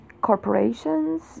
corporations